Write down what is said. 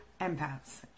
empaths